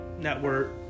Network